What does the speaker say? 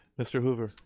mr. hoover.